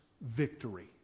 victory